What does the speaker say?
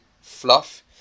fluff